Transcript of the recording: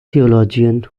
theologian